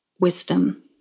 wisdom